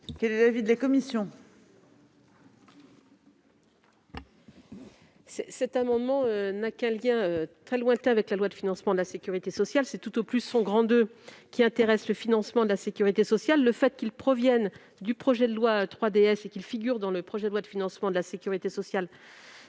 Quel est l'avis de la commission ?